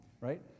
Right